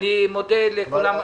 אני מודה לכולם.